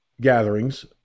gatherings